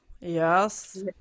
yes